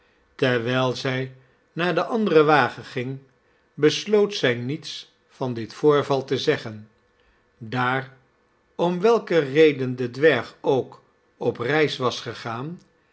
terwijl zij naar den anderen wagen ging besloot zij niets van dit voorval te zeggen daar om welke reden de dwerg ook op reis was gegaan